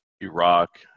Iraq